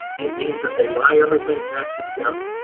it means that they buy everything tax exempt,